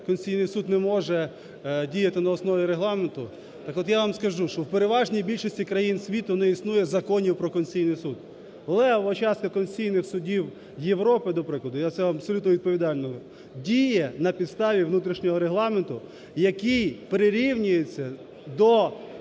Конституційний Суд не може діяти на основі регламенту. Так от я вам скажу, що в переважній більшості країн світу не існує законів про Конституційний Суд. Левова частка конституційних судів Європи, до прикладу, я це вам абсолютно відповідально, діє на підставі внутрішнього регламенту, який прирівнюється,